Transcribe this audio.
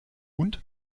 und